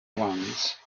once